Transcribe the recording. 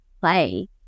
play